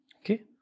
Okay